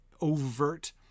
overt